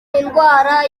indwara